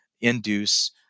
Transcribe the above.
induce